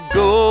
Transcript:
go